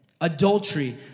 Adultery